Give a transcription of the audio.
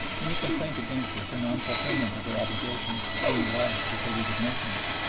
any complaint against her for non-fulfilment of her obligations being lodged with the league of nations.